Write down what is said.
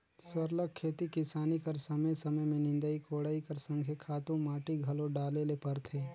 सरलग खेती किसानी कर समे समे में निंदई कोड़ई कर संघे खातू माटी घलो डाले ले परथे